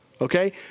okay